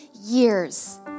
years